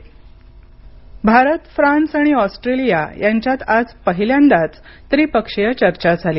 परराष्ट्र मंत्रालय भारत फ्रान्स आणि ऑस्ट्रेलिया यांच्यात आज पहिल्यांदाच त्रिपक्षीय चर्चा झाली